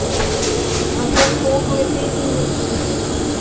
तो हमको थौक में दीजिए